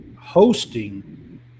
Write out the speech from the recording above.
hosting